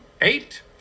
eight